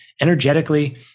energetically